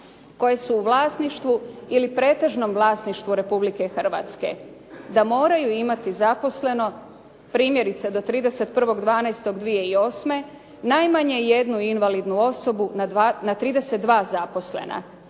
koje su u vlasništvu ili pretežnom vlasništvu Republike Hrvatske, da moraju imati zaposleno primjerice do 31. 12. 2008. najmanje jednu invalidnu osobu na 32 zaposlena,